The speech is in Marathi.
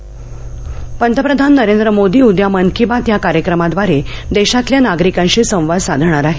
मन की बात पंतप्रधान नरेंद्र मोदी उद्या मन की बात या कार्यक्रमाद्वारे देशातल्या नागरिकांशी संवाद साधणार आहेत